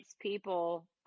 people